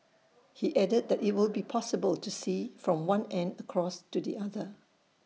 he added that IT will be possible to see from one end across to the other